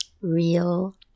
Real